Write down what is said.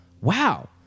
Wow